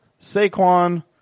Saquon